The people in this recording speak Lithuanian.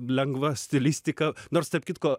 lengva stilistika nors tarp kitko